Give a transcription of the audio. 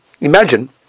imagine